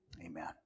Amen